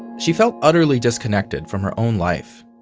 she felt utterly disconnected from her own life.